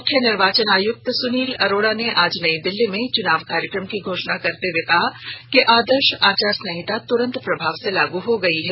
मुख्य निर्वाचन आयुक्त सुनील अरोड़ा ने आज नई दिल्ली में चुनाव कार्यक्रम की घोषणा करते हुए कहा कि आदर्श आचार संहिता तुरंत प्रभाव से लागू हो गई है